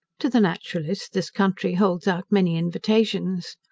to the naturalist this country holds out many invitations.